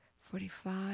forty-five